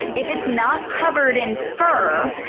if it's not covered in fur,